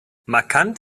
markant